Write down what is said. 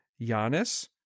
Giannis